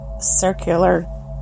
circular